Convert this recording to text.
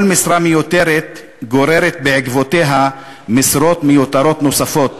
"כל משרה מיותרת גוררת בעקבותיה משרות מיותרות נוספות,